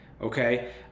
Okay